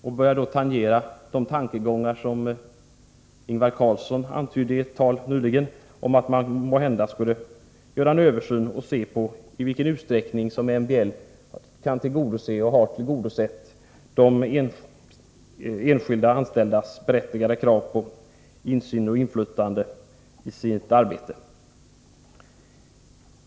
Vi har då tangerat de tankegångar som Ingvar Carlsson antydde i ett tal nyligen om att man måhända skulle se efter i vilken utsträckning MBL har tillgodosett de enskilda anställdas berättigade krav på insyn och inflytande i sitt arbete.